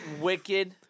wicked